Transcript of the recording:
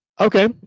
Okay